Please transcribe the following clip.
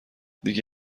دیگه